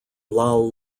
lal